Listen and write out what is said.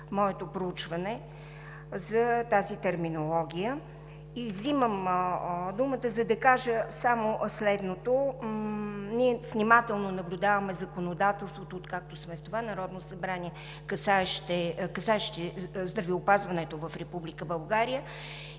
моето проучване за тази терминология Взимам думата, за да кажа само следното. Ние внимателно наблюдаваме законодателството, откакто сме в това Народно събрание, касаещо здравеопазването в Република България,